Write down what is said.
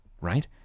right